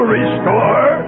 Restore